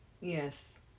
yes